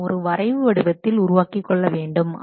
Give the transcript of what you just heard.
நாம் ஒரு வரைவு வடிவத்தில் உருவாக்கிக்கொள்ள வேண்டும்